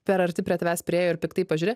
per arti prie tavęs priėjo ir piktai pažiūri